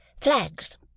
flags